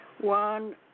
one